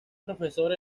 profesor